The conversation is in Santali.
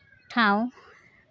ᱴᱷᱟᱶ